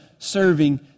serving